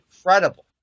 incredible